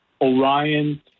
Orion